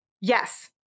Yes